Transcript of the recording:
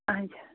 اَچھا